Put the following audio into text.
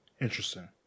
Interesting